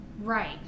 Right